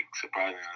surprising